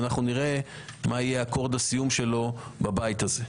ואנחנו נראה מה יהיה אקורד הסיום שלו בבית הזה.